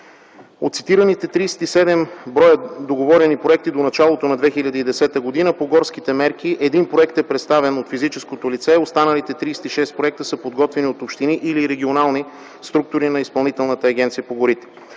От цитираните 37 броя договорени проекти до началото на 2010 г. по горските мерки един проект е представян от физическото лице, а останалите 36 проекта са подготвени от общини или регионални структури на Изпълнителната агенция по горите.